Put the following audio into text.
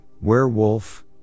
werewolf